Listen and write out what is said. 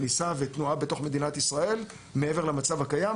כניסה ותנועה בתוך מדינת ישראל מעבר למצב הקיים,